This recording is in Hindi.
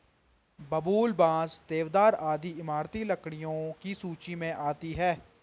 बबूल, बांस, देवदार आदि इमारती लकड़ियों की सूची मे आती है